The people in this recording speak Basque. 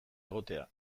egotea